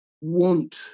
want